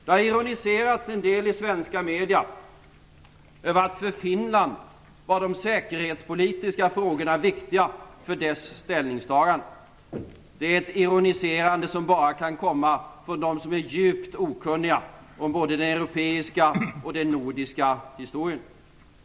Det har ironiserats en del i svenska medier över att de säkerhetspolitiska frågorna var viktiga för Finlands ställningstagande. Det är ett ironiserande som bara kan komma från dem som är djupt okunniga om både den europeiska och den nordiska historien.